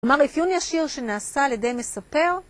כלומר אפיון ישיר שנעשה על ידי מספר